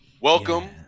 Welcome